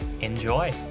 Enjoy